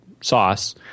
sauce